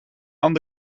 aan